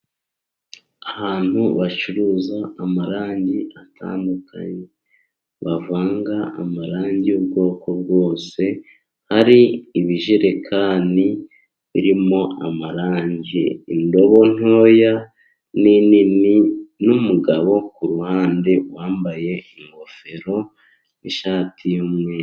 Abantu bacuruza amarangi atandukanye. Bavanga amarangi y'ubwoko bwose, hari ibijerekani birimo amarangi, indobo ntoya nini, n'umugabo ku ruhande wambaye ingofero n'ishati y'umweru.